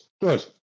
Good